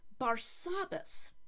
Barsabbas